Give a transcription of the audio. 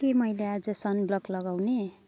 के मैैले आज सनब्लक लगाउने